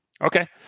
Okay